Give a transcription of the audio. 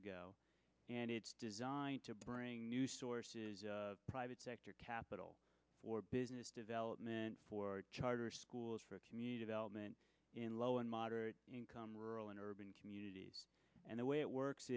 ago and it's designed to bring new sources of private sector capital or business development for charter schools for community development in low and moderate income rural and urban communities and the way it works